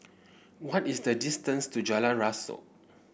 what is the distance to Jalan Rasok